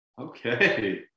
Okay